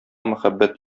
мәхәббәт